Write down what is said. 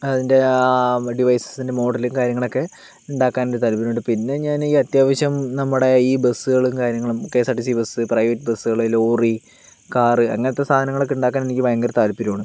അതിൻ്റെ ആ ഡിവൈസസിൻ്റെ മോഡലും കാര്യങ്ങളുമൊക്കെ ഉണ്ടാക്കാൻ ഒരു താല്പര്യമുണ്ട് പിന്നെ ഞാൻ ഈ അത്യാവശ്യം നമ്മുടെ ഈ ബസ്സുകളും കാര്യങ്ങളും K S R T C bus private ബസ്സുകൾ ലോറി കാർ അങ്ങനത്തെ സാധനങ്ങളൊക്കെ ഉണ്ടാക്കാൻ എനിക്ക് ഭയങ്കര താല്പര്യമാണ്